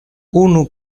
unu